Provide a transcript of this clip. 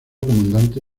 comandante